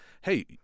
hey